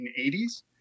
1980s